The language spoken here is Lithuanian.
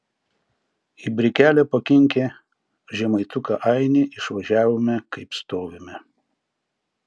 į brikelę pakinkę žemaituką ainį išvažiavome kaip stovime